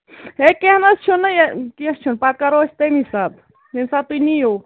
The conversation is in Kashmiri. ہے کیٚنٛہہ نہَ حظ چھُ نہٕ یہِ کیٚنٛہہ چھُ نہٕ پَتہٕ کَرو أسۍ تٔمی ساتہٕ ییٚمہِ ساتہٕ تُہۍ نِیو